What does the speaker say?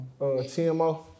TMO